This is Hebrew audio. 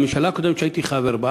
בממשלה הקודמת, שהייתי חבר בה,